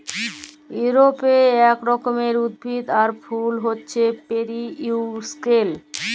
ইউরপে এক রকমের উদ্ভিদ আর ফুল হচ্যে পেরিউইঙ্কেল